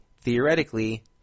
theoretically